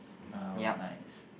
uh what nice